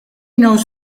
knows